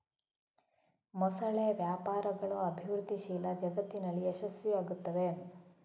ಮೊಸಳೆ ವ್ಯಾಪಾರಗಳು ಅಭಿವೃದ್ಧಿಶೀಲ ಜಗತ್ತಿನಲ್ಲಿ ಯಶಸ್ವಿಯಾಗುತ್ತವೆ